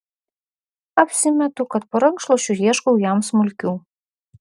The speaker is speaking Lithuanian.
apsimetu kad po rankšluosčiu ieškau jam smulkių